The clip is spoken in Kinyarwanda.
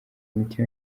imiti